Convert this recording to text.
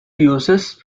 uses